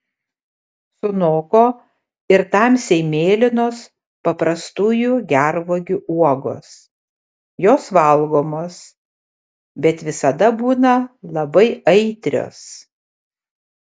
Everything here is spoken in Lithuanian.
sunoko ir tamsiai mėlynos paprastųjų gervuogių uogos jos valgomos bet visada būna labai aitrios